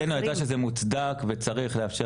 עמדתינו הייתה שזה מוצדק ושצריך לאפשר